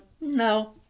no